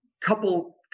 couple